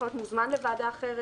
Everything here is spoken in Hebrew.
יכול להיות מוזמן לוועדה אחרת,